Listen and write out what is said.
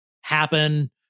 happen